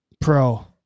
pro